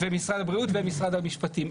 משרד הבריאות ומשרד המשפטים,